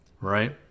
right